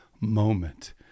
moment